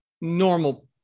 normal